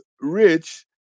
rich